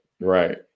right